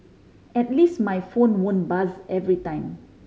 at least my phone won't buzz every time